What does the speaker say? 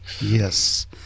Yes